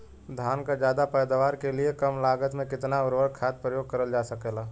धान क ज्यादा पैदावार के लिए कम लागत में कितना उर्वरक खाद प्रयोग करल जा सकेला?